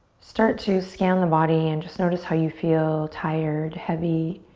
start to scan the body and just notice how you feel, tired, heavy,